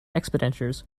expenditures